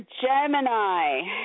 Gemini